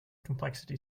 complexity